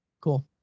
cool